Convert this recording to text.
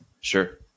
sure